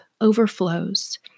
overflows